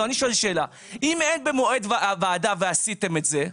אם אין במנדט הוועדה ועשיתם את זה,